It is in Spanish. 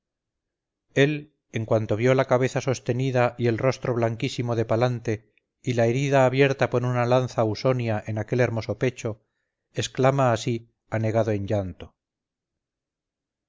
él en cuanto vio la cabeza sostenida y el rostro blanquísimo de palante y la herida abierta por una lanza ausonia en aquel hermoso pecho exclama así anegado en llanto